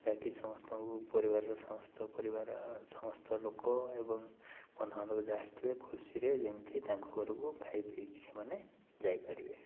ଯାହାକି ସମସ୍ତଙ୍କୁ ପରିବାରର ସମସ୍ତ ପରିବାର ସମସ୍ତ ଲୋକ ଏବଂ ବନ୍ଧୁବାନ୍ଧବ ଯାହା ଆସିଥିବେ ଖୁସିରେ ଯେମିତି ତାଙ୍କ ଘରକୁ ଖାଇ ପିଈକି ସେମାନେ ଯାଇ ପାରିବେ